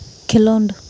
ᱠᱷᱮᱞᱳᱰ